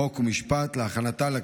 חוק ומשפט נתקבלה.